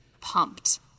pumped